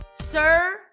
Sir